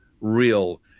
real